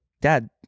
dad